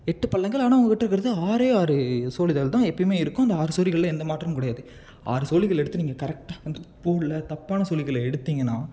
எட்டு பள்ளங்கள் ஆனால் உங்கக்கிட்டே இருக்கிறது ஆறே ஆறு சோலிகள் தான் எப்போயுமே இருக்கும் அந்த ஆறு சோழிகள்ல எந்த மாற்றமும் கிடையாது ஆறு சோழிகள் எடுத்து நீங்கள் கரெக்டாக அந்த போடல தப்பான சோழிகள எடுத்தீங்கன்னா